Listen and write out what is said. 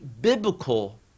biblical